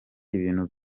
ibintu